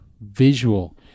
visual